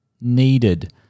needed